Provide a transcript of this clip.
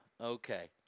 okay